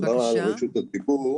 תודה על רשות הדיבור.